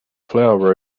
flower